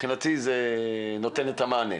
מבחינתי זה נותן את המענה.